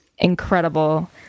incredible